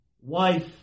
wife